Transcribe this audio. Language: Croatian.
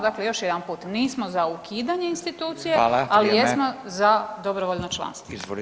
Dakle, još jedanput nismo za ukidanje institucije, ali jesmo za dobrovoljno članstvo.